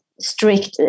strict